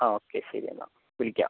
ആ ഒക്കെ ശരി എന്നാൽ വിളിക്കാം